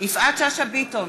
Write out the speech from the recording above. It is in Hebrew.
יפעת שאשא ביטון,